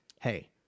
hey